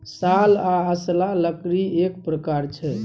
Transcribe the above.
साल आ असला लकड़ीएक प्रकार छै